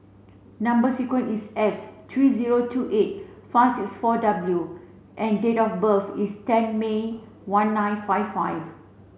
number sequence is S three zero two eight five six four W and date of birth is ten May one nine five five